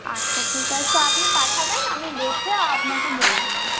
আচ্ছা ঠিক আছে আপনি পাঠাবেন আমি দেখে আপনাকে বলে দেবো